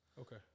Okay